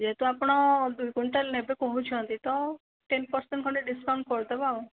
ଯେହେତୁ ଆପଣ ଦୁଇ କୁଇଣ୍ଟାଲ ନେବେ କହୁଛନ୍ତି ତ ଟେନ୍ ପରସେଣ୍ଟ ଖଣ୍ଡେ ଡ଼ିସ୍କାଉଣ୍ଟ କରିଦେବା ଆଉ